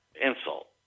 Insult